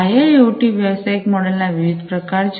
IIoT વ્યવસાયિક model ના વિવિધ પ્રકાર છે